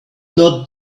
not